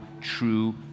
true